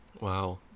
Wow